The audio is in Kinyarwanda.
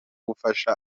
gufasha